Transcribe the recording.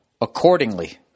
accordingly